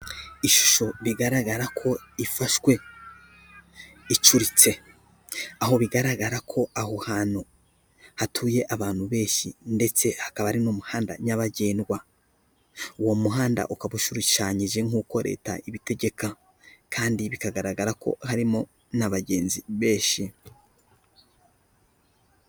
Ishusho bigaragara ko ifashwe icuritse, aho bigaragara ko aho hantu hatuye abantu benshi ndetse hakaba ari n'umuhanda nyabagendwa, uwo muhanda ukaba ushushanyije nkuko leta ibitegeka kandi bikagaragara ko harimo n'abagenzi benshi.